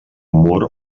mur